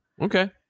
okay